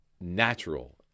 natural